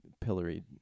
pilloried